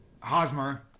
Hosmer